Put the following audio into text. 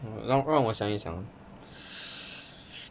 让我想一想